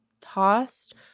tossed